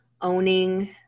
owning